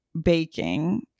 baking